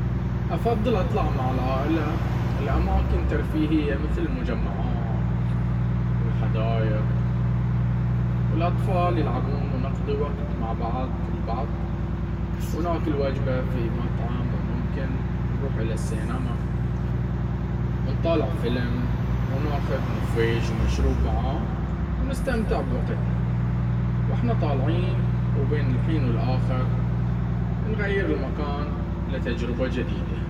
افضل اطلع مع العائلة لأماكن ترفيهية مثل المجمعات والحدايق والأطفال يلعبون ونقضي وقت مع بعض البعض ونأكل وجبة في مطعم وممكن نروح الى السينما ونطالع فيلم وناخذ نفيش ومشروب معاه ونستمتع بوقتنا واحنا طالعين وبين الحين والاخر نغير المكان لتجربة جديدة.